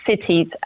cities